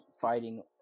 fighting